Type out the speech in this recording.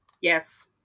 Yes